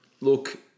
Look